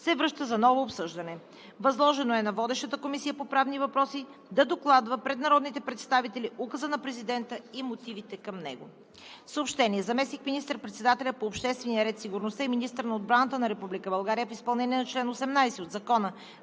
се връща за ново обсъждане. Възложено е на водещата Комисия по правни въпроси да докладва пред народните представители указа на президента и мотивите към него.